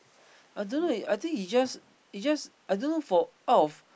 I don't know I think he just he just I don't know for out of